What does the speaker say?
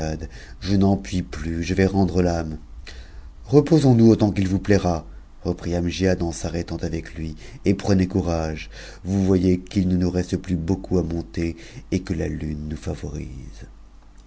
je n'en puis plus je vais rmdre l'âme reposons-nous autant qu'il vous plaira reprit amgiad en s'arrêtant avec lui et prenez courage vous voyez qu'il ne nous reste p ns beaucoup à monter et que la lune nous favorise